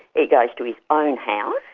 he goes to his own house,